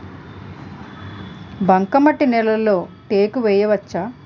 బంకమట్టి నేలలో టేకు వేయవచ్చా?